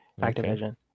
Activision